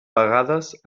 pagades